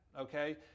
Okay